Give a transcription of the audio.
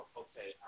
okay